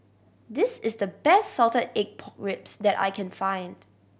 this is the best salted egg pork ribs that I can find